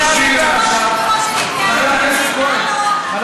חברת הכנסת גלאון, אל